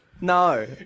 No